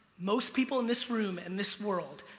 most people in this room, and this world,